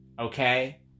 Okay